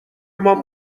مام